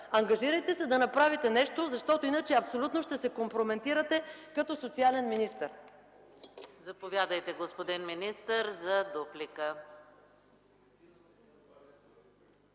Ангажирайте се да направите нещо, защото иначе абсолютно ще се компрометирате като социален министър!